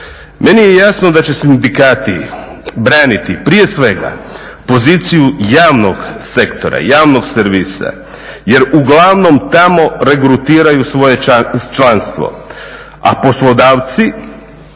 Meni je jasno da će sindikati braniti prije svega poziciju javnog sektora, javnog servisa jer uglavnom tamo regrutiraju svoje članstvo, a poslodavci